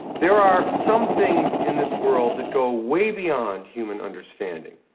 there are some things in this world that go way beyond human understanding.